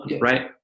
right